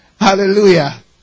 Hallelujah